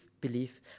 belief